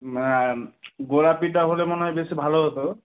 মানে আর গোলাপিটা হলে মনে হয় বেশি ভালো হতো